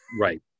Right